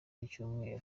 y’icyumweru